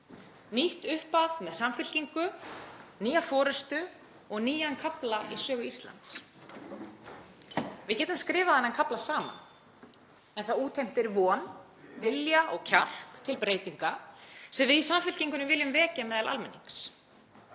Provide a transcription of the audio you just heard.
nýtt upphaf með Samfylkingu, nýja forystu og nýjan kafla í sögu Íslands? Við getum skrifað þennan kafla saman en það útheimtir von, vilja og kjark til breytinga sem við í Samfylkingunni viljum vekja meðal almennings.